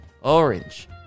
Orange